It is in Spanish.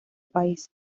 país